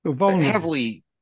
heavily